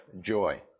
joy